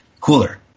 Cooler